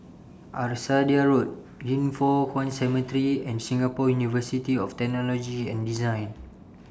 Arcadia Road Yin Foh Kuan Cemetery and Singapore University of Technology and Design